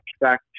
back